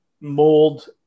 mold